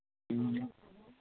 ह्म्म